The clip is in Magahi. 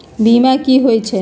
बीमा कि होई छई?